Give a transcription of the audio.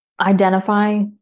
identify